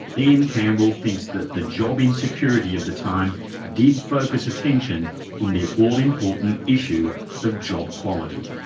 iain campbell thinks that the job insecurity of the time did focus attention on the all-important issue of job quality.